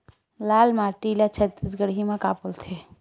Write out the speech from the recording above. लाल माटी ला छत्तीसगढ़ी मा का बोलथे?